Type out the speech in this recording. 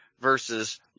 versus